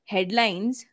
Headlines